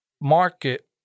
market